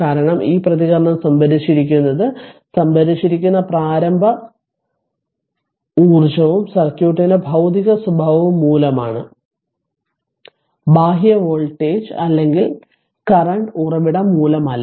കാരണം ഈ പ്രതികരണം സംഭരിച്ചിരിക്കുന്നത് സംഭരിച്ചിരിക്കുന്ന പ്രാരംഭ ഊർജ്ജവും സർക്യൂട്ടിന്റെ ഭൌതിക സ്വഭാവവും മൂലമാണ് ബാഹ്യ വോൾട്ടേജ് അല്ലെങ്കിൽ കറന്റ് ഉറവിടം മൂലമല്ല